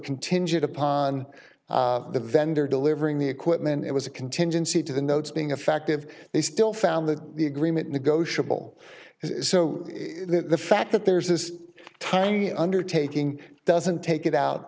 contingent upon the vendor delivering the equipment it was a contingency to the notes being a fact of they still found that the agreement negotiable and so the fact that there's this tiny undertaking doesn't take it out